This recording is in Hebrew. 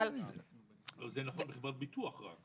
אבל --- זה נכון בחברת ביטוח רק.